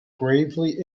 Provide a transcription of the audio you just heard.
gravely